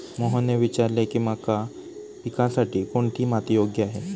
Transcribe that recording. मोहनने विचारले की मका पिकासाठी कोणती माती योग्य आहे?